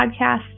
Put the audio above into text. podcast